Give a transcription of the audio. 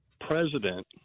president